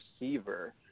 receiver